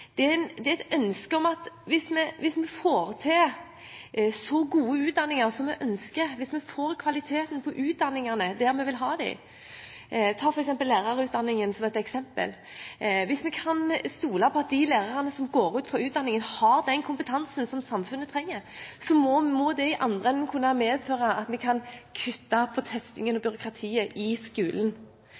gå inn for deleksamener, er et ønske om å få til gode utdanninger og få kvaliteten på utdanningene der vi vil ha dem. Ta lærerutdanningen som et eksempel: Hvis vi kan stole på at de lærerne som er ferdig med utdanningen, har den kompetansen samfunnet trenger, må det i andre enden kunne medføre at vi kan kutte ned på testingen og byråkratiet i skolen.